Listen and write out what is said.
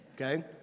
okay